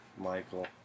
Michael